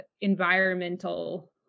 environmental